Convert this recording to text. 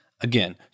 Again